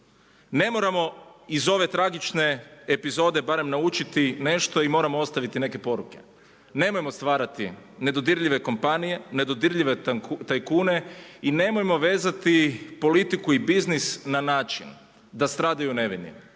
Ne moramo iz ove tragične epizode barem naučiti nešto i moramo ostaviti neke poruke. Nemojmo stvarati nedodirljive kompanije, nedodirljive tajkune i nemojmo vezati politiku i biznis na način da stradaju nevini